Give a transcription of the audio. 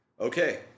okay